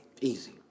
Easy